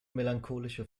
melancholische